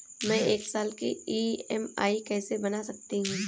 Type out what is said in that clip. मैं एक साल की ई.एम.आई कैसे बना सकती हूँ?